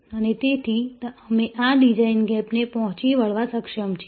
અને તેથી અમે આ ડિઝાઇન ગેપને પહોંચી વળવા સક્ષમ છીએ